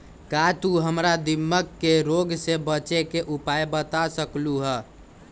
का तू हमरा दीमक के रोग से बचे के उपाय बता सकलु ह?